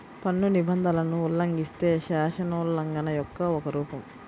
పన్ను నిబంధనలను ఉల్లంఘిస్తే, శాసనోల్లంఘన యొక్క ఒక రూపం